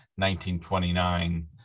1929